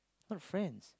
what the friends